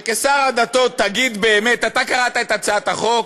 שכשר הדתות תגיד באמת, אתה קראת את הצעת החוק,